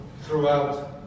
throughout